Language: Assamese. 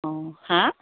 অঁ হাঁহ